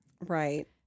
Right